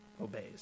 obeys